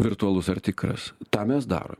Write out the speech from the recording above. virtualus ar tikras tą mes darom